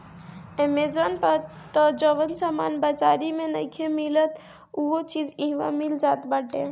Amazon पे तअ जवन सामान बाजारी में नइखे मिलत उहो चीज इहा मिल जात बाटे